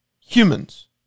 humans